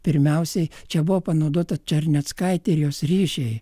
pirmiausiai čia buvo panaudota černeckaitė ir jos ryšiai